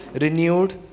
renewed